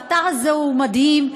האתר הזה הוא מדהים.